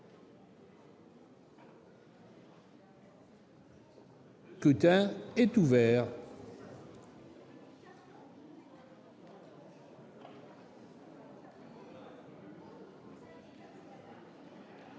scrutin est ouvert.